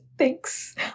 Thanks